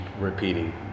repeating